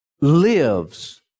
lives